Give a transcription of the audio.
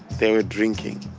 they were drinking,